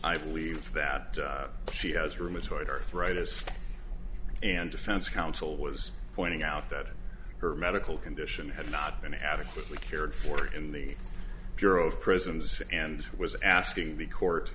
i believe that she has rheumatoid arthritis and defense counsel was pointing out that her medical condition had not been adequately cared for in the bureau of prisons and was asking the court